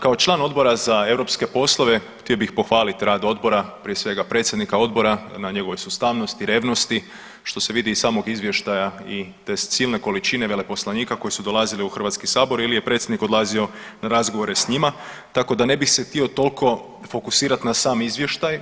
Kao član Odbora za europske poslove htio bih pohvaliti rad Odbora, prije svega predsjednika Odbora na njegovoj sustavnosti i revnosti što se vidi iz samog izvještaja i te silne količine veleposlanika koji su dolazili u Hrvatski sabor ili je predsjednik odlazio na razgovore s njima tako da ne bih se htio toliko fokusirati na sam izvještaj,